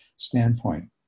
Standpoint